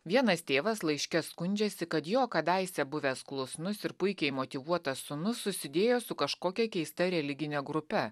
vienas tėvas laiške skundžiasi kad jo kadaise buvęs klusnus ir puikiai motyvuotas sūnus susidėjo su kažkokia keista religine grupe